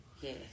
yes